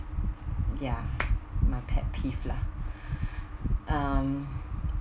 ya my pet peeves lah um